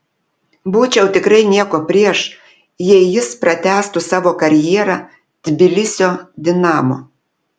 būčiau tikrai nieko prieš jei jis pratęstų savo karjerą tbilisio dinamo